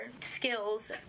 skills